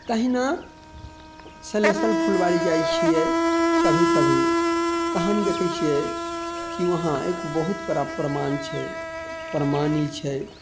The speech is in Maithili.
तहिना सलेशर फुलवारी जाइ छिए कभी कभी तऽ हम देखै छिए कि वहाँ एहिके बहुत बड़ा प्रमाण छै प्रमाणी छै